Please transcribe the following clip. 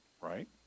right